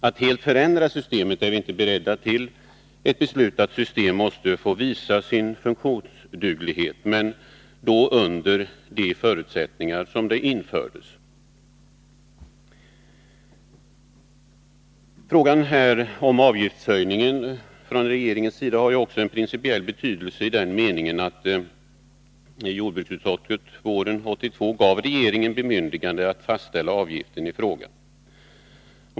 Att helt förändra systemet är vi inte beredda till; ett beslutat system måste få visa sin funktionsduglighet men under de förutsättningar som förelåg då det infördes. Frågan om avgiftshöjning har också en principiell betydelse. Jordbruksutskottet gav våren 1982 regeringen bemyndigande att fastställa avgiften.